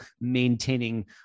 maintaining